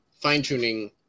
fine-tuning